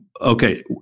okay